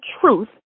truth